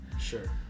Sure